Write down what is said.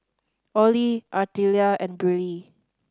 Orley Artelia and Briley